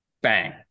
bang